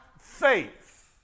faith